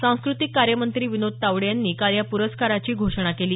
सांस्कृतिक कार्यमंत्री विनोद तावडे यांनी काल या पुरस्काराची घोषणा केली